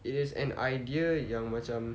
it is an idea yang macam